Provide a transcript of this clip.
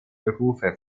berufe